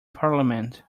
parliament